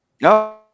No